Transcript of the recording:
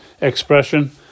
expression